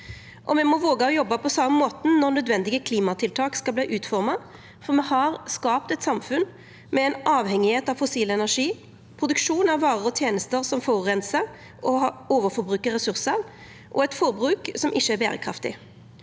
Me må våga å jobba på same måten når nødvendige klimatiltak skal verta utforma, for me har skapt eit samfunn med ei avhengigheit av fossil energi, produksjon av varer og tenester som forureinar og overforbrukar ressursar, og eit forbruk som ikkje er berekraftig.